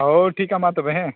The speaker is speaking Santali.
ᱦᱳᱭ ᱴᱷᱤᱠ ᱜᱮᱭᱟ ᱢᱟ ᱛᱚᱵᱮ ᱦᱮᱸ